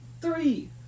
three